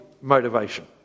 motivation